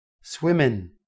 Swimming